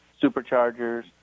superchargers